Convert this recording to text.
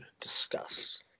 discuss